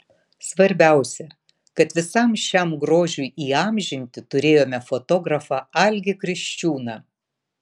svarbiausia kad visam šiam grožiui įamžinti turėjome fotografą algį kriščiūną